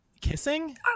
kissing